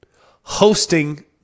hosting